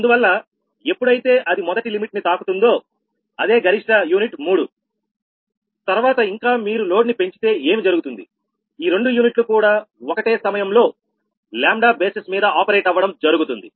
అందువల్ల ఎప్పుడైతే అది మొదటి లిమిట్ ను తాగుతుందో అదే గరిష్ట యూనిట్ 3 తర్వాత ఇంకా మీరు లోడ్ ను పెంచితే ఏమి జరుగుతుంది ఈ రెండు యూనిట్లు కూడా ఒకటే సమయంలో λ బేసిస్ మీద ఆపరేట్ అవ్వడం జరుగుతుంది